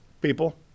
people